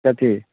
कथी